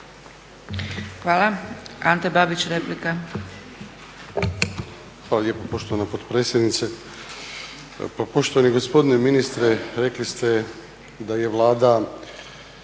replika. **Babić, Ante (HDZ)** Hvala lijepo poštovana potpredsjednice. Pa poštovani gospodine ministre, rekli ste da je Vlada